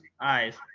eyes